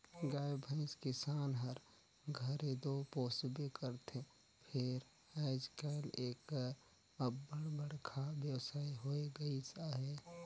गाय भंइस किसान हर घरे दो पोसबे करथे फेर आएज काएल एकर अब्बड़ बड़खा बेवसाय होए गइस अहे